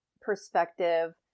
perspective